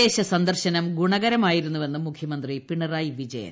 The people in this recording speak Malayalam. വിദേശ സന്ദർശനം ഗുണകരമായിരുന്നുവെന്ന് മുഖ്യമന്ത്രി പിണറായി വിജയൻ